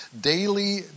daily